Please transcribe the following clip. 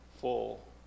full